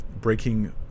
breaking